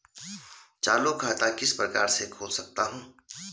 चालू खाता किस प्रकार से खोल सकता हूँ?